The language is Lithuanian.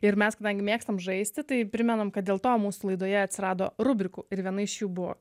ir mes mėgstame žaisti tai primenam kad dėl to mūsų laidoje atsirado rubrikų ir viena iš jų buvo